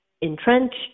entrenched